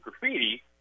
Graffiti